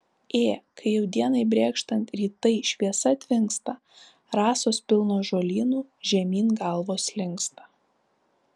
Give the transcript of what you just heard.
ė kai jau dienai brėkštant rytai šviesa tvinksta rasos pilnos žolynų žemyn galvos linksta